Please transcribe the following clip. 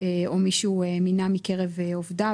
או מי שהוא מינה מקרב עובדיו,